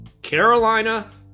Carolina